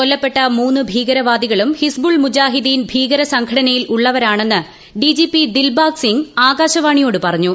കൊല്ലപ്പെട്ട മൂന്ന് ഭീകരവാദികളും ഹിസ്ബുൾ മുജാഹിദ്ദീൻ ഭീകര സംഘടനയിൽ ഉള്ളവരാണെന്ന് D G P Dilbag Singh ആകാശവാണിയോട് പറഞ്ഞു